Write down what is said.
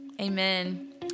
Amen